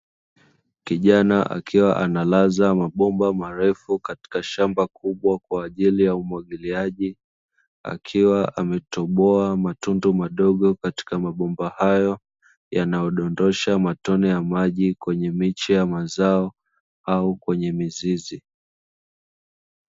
Kijana akiwa analaza mabomba marefu katika shamba kubwa kwaajili ya umwagiliaji, akiwa ametoboa matundu madogo katika mabomba hayo yanayodondosha matone ya maji kwenye miche ya mazao au kwenye mizizi.